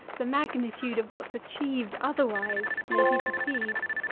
the magnitude of what's achieved otherwise, may be perceived!